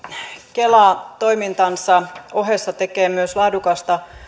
kela toimintansa ohessa tekee myös laadukasta